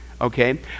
okay